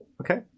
okay